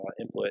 input